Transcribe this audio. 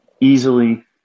easily